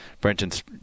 Brenton's